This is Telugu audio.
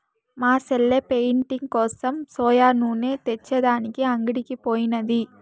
మా సెల్లె పెయింటింగ్ కోసం సోయా నూనె తెచ్చే దానికి అంగడికి పోయినాది